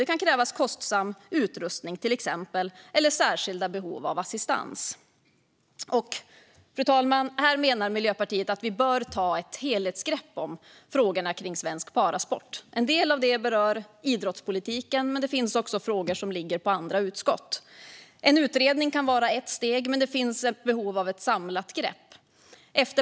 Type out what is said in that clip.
Det kan till exempel krävas kostsam utrustning eller finnas särskilda behov av assistans. Fru talman! Miljöpartiet menar att vi bör ta ett helhetsgrepp om frågorna kring svensk parasport. En del av detta berör idrottspolitiken, men det finns också frågor som ligger på andra utskott. En utredning kan vara ett steg, men det finns behov av ett samlat grepp.